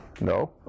No